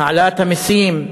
העלאת המסים,